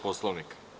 Poslovnika?